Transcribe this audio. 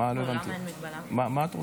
תוכל לדבר בדיון האישי מייד אחרי